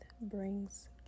brings